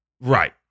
Right